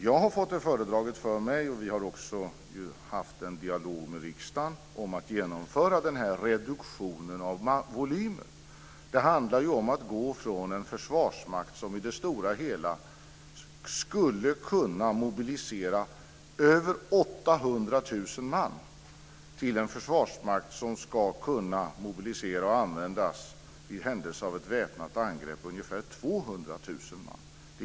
Jag har fått föredraget för mig, och vi har också haft en dialog med riksdagen, att vi ska genomföra den här reduktionen av volymen. Det handlar om att gå från en försvarsmakt som i det stora hela skulle kunna mobilisera över 800 000 man till en försvarsmakt som i händelse av ett väpnat angrepp ska kunna mobilisera och använda ungefär 200 000 man.